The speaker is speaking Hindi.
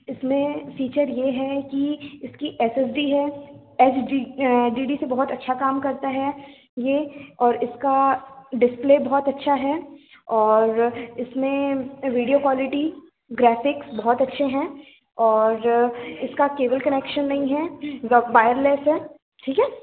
इसमें फ़ीचर ये हैं कि इसकी एसएसडी है एसएसडी डीडी से बहुत अच्छा काम करता है ये और इसका डिस्प्ले बहुत अच्छा है और इसमें विडिओ क्वालिटी ग्राफ़िक्स बहुत अच्छे हैं और इसका केबल कनेक्शन नहीं हैं व वायरलेस है ठीक है